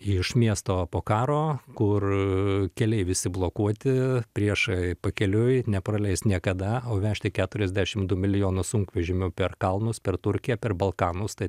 iš miesto po karo kur keliai visi blokuoti priešai pakeliui nepraleis niekada o vežti keturiadešim du milijonus sunkvežimių per kalnus per turkiją per balkanus tai